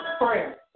prayer